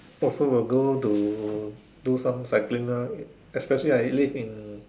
also will go to do some cycling lah especially I live in